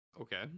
okay